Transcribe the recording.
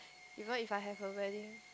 even if I have a wedding